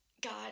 God